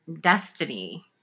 destiny